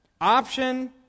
Option